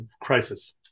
crisis